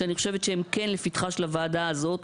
שאני חושבת שהם כן לפתחה של הוועדה הזאת: